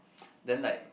then like